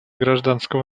гражданского